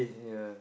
yeah